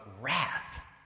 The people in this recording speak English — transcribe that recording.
wrath